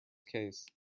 case